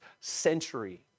century